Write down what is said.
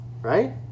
right